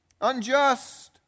unjust